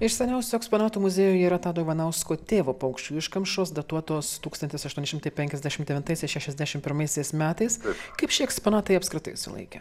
iš seniausių eksponatų muziejuje yra tado ivanausko tėvo paukščių iškamšos datuotos tūkstantis aštuoni šimtai penkiasdešim devintaisiais šešiasdešim pirmaisiais metais kaip šie eksponatai apskritai išsilaikė